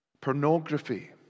Pornography